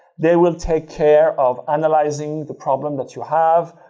they will take care of analyzing the problem that you have.